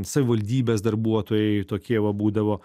savivaldybės darbuotojai tokie va būdavo